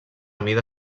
mida